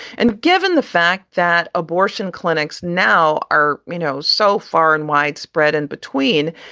and given the fact that abortion clinics now are, you know, so far and wide spread and between,